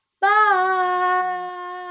bye